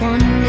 One